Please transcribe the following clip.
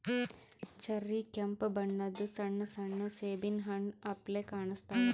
cherry ಕೆಂಪ್ ಬಣ್ಣದ್ ಸಣ್ಣ ಸಣ್ಣು ಸೇಬಿನ್ ಹಣ್ಣ್ ಅಪ್ಲೆ ಕಾಣಸ್ತಾವ್